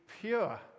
pure